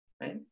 right